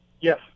Yes